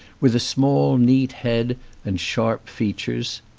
with a small, neat head and sharp features.